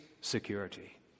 security